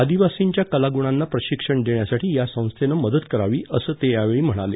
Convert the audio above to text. आदिवासींच्या कलागुणांना प्रशिक्षण देण्यासाठी या संस्थेनं मदत करावी असं ते यावेळी म्हणाले